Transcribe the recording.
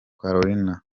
carolina